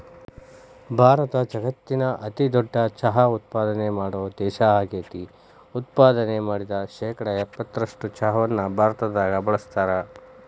ಭಾರತ ಜಗತ್ತಿನ ಅತಿದೊಡ್ಡ ಚಹಾ ಉತ್ಪಾದನೆ ಮಾಡೋ ದೇಶ ಆಗೇತಿ, ಉತ್ಪಾದನೆ ಮಾಡಿದ ಶೇಕಡಾ ಎಪ್ಪತ್ತರಷ್ಟು ಚಹಾವನ್ನ ಭಾರತದಾಗ ಬಳಸ್ತಾರ